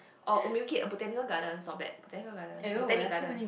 oh or maybe botanical gardens is not bad botanical gardens Botanic Gardens